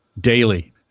daily